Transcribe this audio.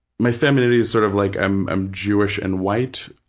my femininity is sort of like i'm i'm jewish and white,